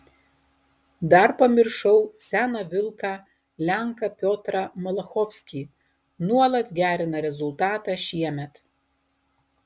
dar pamiršau seną vilką lenką piotrą malachovskį nuolat gerina rezultatą šiemet